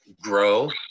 grow